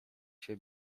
się